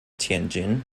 tianjin